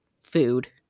food